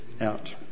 out